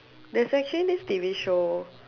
there's actually this T_V show